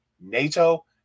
NATO